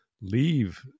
leave